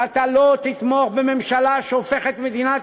שאתה לא תתמוך בממשלה שהופכת את מדינת